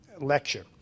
lecture